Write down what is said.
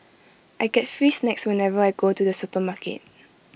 I get free snacks whenever I go to the supermarket